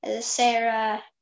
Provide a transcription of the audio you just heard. Sarah